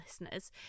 listeners